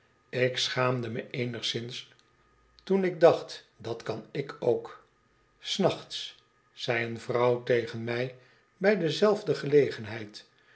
ik schaamde me eenigszins toen ik dacht dat kan ik ook s nachts zei een vrouw tegen mij bij dezelfde gelegenheid